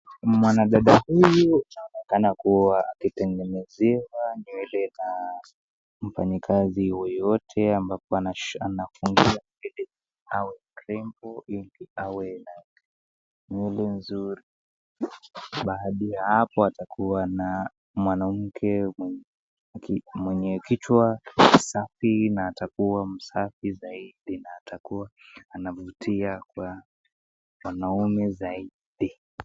Mwanamke huyu anaonekana ametengeneziwa nywele kama mwanamke yeyote wa kazi ambapo nafungia au krembo lenye awe na mwili nzuri baada ya yapo atakuwa na mwenamke mwenye kichwa safi na atakuwa anavutia wanaume zaidi.